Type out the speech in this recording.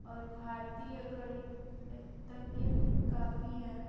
और भारतीय गणितज्ञ भी काफ़ी है